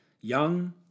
young